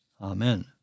Amen